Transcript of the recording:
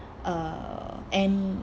uh and